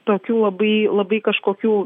tokių labai labai kažkokių